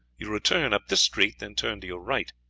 you return up this street, then turn to your right